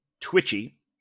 Twitchy